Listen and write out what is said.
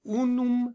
unum